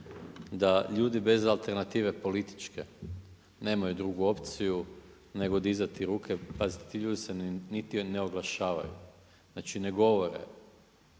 da ljudi bez alternative političke nemaju drugu opciju nego dizati ruke. Pazite, ti ljudi se niti ne oglašavaju, znači ne govore.